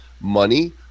money